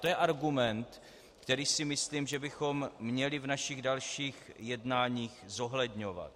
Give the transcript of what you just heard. To je argument, který si myslím, že bychom měli v našich dalších jednáních zohledňovat.